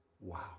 wow